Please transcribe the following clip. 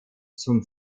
zum